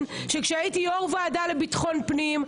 שכשהייתי יושבת ראש הוועדה לביטחון פנים,